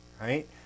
right